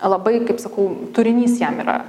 labai kaip sakau turinys jam yra